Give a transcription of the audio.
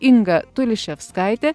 inga tuliševskaitė